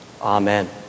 Amen